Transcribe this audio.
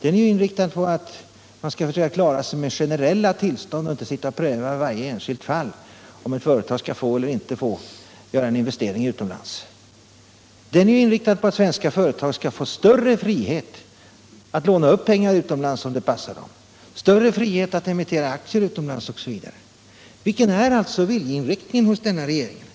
Den är ju inriktad på att man skall försöka klara sig med generella tillstånd och inte pröva varje enskilt fall om ett företag skall få eller inte få göra en investering utomlands. Den är ju inriktad på att svenska företag skall få större frihet att låna upp pengar utomlands om det passar dem, att få större frihet att emittera aktier utomlands osv. Vilken viljeinriktning har regeringen?